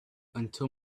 until